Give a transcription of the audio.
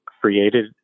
created